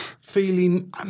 feeling